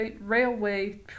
railway